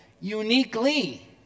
uniquely